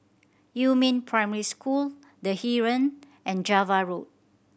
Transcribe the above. Yumin Primary School The Heeren and Java Road